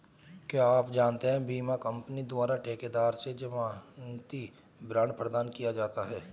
क्या आप जानते है बीमा कंपनी द्वारा ठेकेदार से ज़मानती बॉण्ड प्रदान किया जाता है?